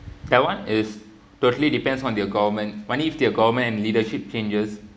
that one it totally depends on their government I mean if their government and leadership changes